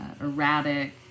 erratic